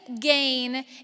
gain